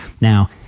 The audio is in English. Now